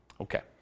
Okay